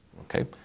okay